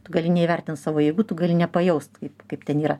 tu gali neįvertint savo jėgų tu gali nepajaust kaip ten yra